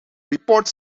report